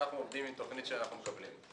אנחנו עובדים עם תוכנית שאנחנו מקבלים.